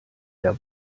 der